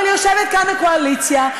אבל יושבת כאן הקואליציה,